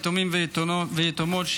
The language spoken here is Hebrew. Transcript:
יתומים ויתומות,